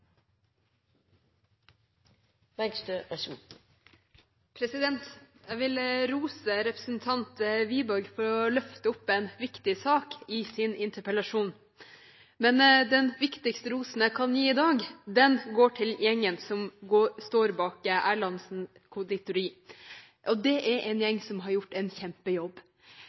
Wiborg for å løfte fram en viktig sak i sin interpellasjon, men den viktigste rosen jeg kan gi i dag, går til gjengen som står bak Erlandsens Conditori. Det er en gjeng som har gjort en